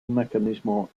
mecanismo